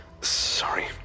Sorry